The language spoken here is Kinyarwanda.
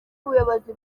ubuyobozi